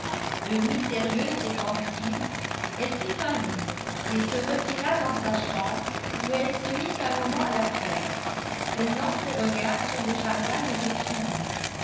devenue sérieuse et pensive elle prit un livre et se retira dans sa chambre où elle se mit un moment à la fenêtre promenant ses regards sur le jardin des ursulines